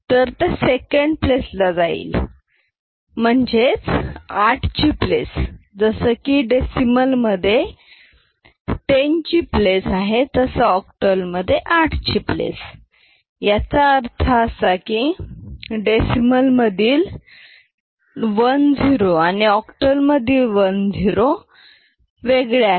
तर ते second place ला जाईल म्हणजेच 8 ची प्लेस जसं की डेसिमल सिस्टम मधे 10 ची प्लेस ऑक्टल मधे 8 ची प्लेस याचा अर्थ असा की डेसिमल मधील 1 0 आणि ऑक्टलमधील 1 0 वेगळे आहेत